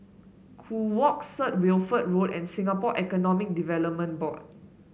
Kew Walk Set Wilfred Road and Singapore Economic Development Board